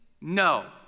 no